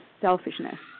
selfishness